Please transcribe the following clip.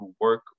work